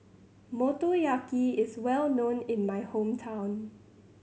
Motoyaki is well known in my hometown